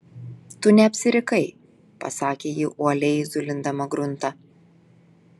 tu neapsirikai pasakė ji uoliai zulindama gruntą